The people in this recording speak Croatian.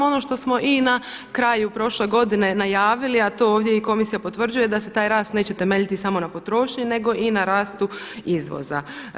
Ono što smo i na kraju prošle godine najavili, a to ovdje i Komisija potvrđuje da se taj rast neće temeljiti samo na potrošnji nego i na rastu izvoza.